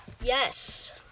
Yes